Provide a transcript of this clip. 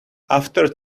after